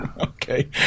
Okay